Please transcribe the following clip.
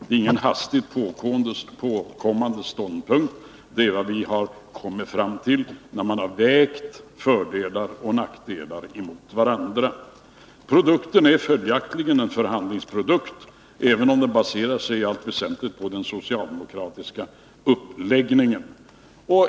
Det är ingen hastigt påkommen ståndpunkt vi kommit fram till när vi vägt fördelar och nackdelar mot varandra. Produkten är följaktligen en förhandlingsprodukt, även om den i allt väsentligt baserar sig på den socialdemokratiska uppläggningen.